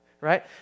right